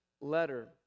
letter